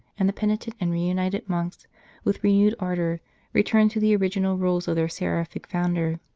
and the penitent and reunited monks with re newed ardour returned to the original rules of their seraphic founder.